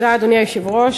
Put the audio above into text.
אדוני היושב-ראש,